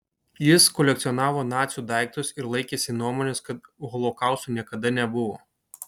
jis kolekcionavo nacių daiktus ir laikėsi nuomonės kad holokausto niekada nebuvo